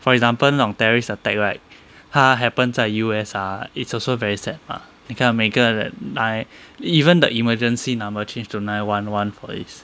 for example 那种 terrorist attack right 他 happen 在 U_S ah it's also very sad lah 你看每个人 like even the emergency number change to nine one one for this